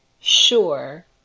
sure